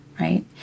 right